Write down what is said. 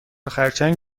خرچنگ